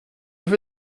veux